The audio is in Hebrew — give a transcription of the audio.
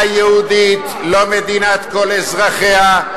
מדינה יהודית, לא מדינת כל אזרחיה.